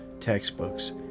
Textbooks